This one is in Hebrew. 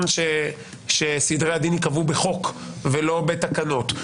שסדרי הדין ייקבעו בחוק ולא בתקנות.